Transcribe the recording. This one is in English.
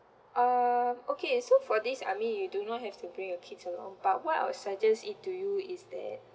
um okay so for this I mean you do not have to bring your kids along but what I'd suggest it to you is that